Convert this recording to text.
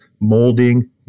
molding